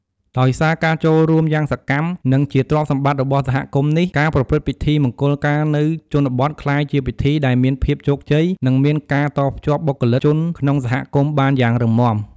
ដោយសារការចូលរួមយ៉ាងសកម្ម និងជាទ្រព្យសម្បត្តិរបស់សហគមន៍នេះ ការប្រព្រឹត្តិពិធីមង្គលការនៅជនបទក្លាយជាពិធីដែលមានភាពជោគជ័យ និងមានការតភ្ជាប់បុគ្គលិកជនក្នុងសហគមន៍បានយ៉ាងរឹងមាំ។